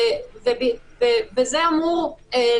כי גם שם יכולים להיות מצבים כאלה.